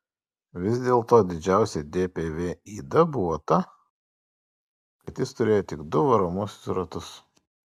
vis dėl to didžiausia dpv yda buvo ta kad jis turėjo tik du varomuosius ratus